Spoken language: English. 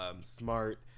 smart